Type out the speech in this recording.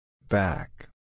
Back